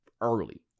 early